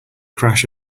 crash